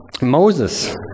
Moses